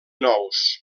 nous